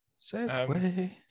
segway